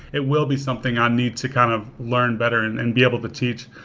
it will be something i need to kind of learn better and and be able to teach.